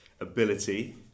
ability